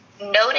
noted